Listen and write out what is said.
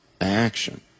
action